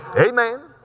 Amen